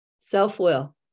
Self-will